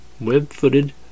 web-footed